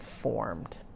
formed